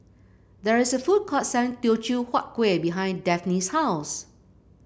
there is a food court selling Teochew Huat Kueh behind Dafne's house